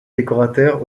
décorateur